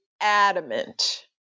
adamant